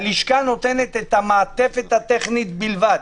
הלשכה נותנת את המעטפת הטכנית בלבד,